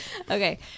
Okay